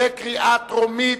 בקריאה טרומית.